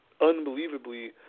unbelievably